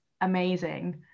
amazing